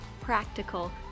practical